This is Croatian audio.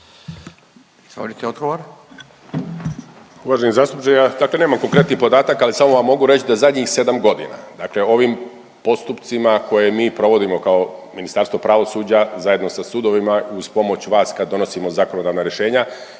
Uvaženi zastupniče ja tu nemam konkretni podatak, ali samo vam mogu reći da zadnjih 7 godina, dakle u ovim postupcima koje mi provodimo kao Ministarstvo pravosuđa zajedno sa sudovima i uz pomoć vas kad donosimo zakonodavna rješenja